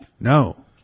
No